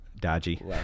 dodgy